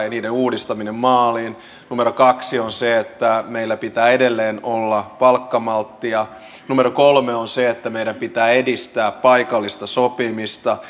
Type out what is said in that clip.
ja niiden uudistaminen pitää saada maaliin numero kaksi on se että meillä pitää edelleen olla palkkamalttia numero kolme on se että meidän pitää edistää paikallista sopimista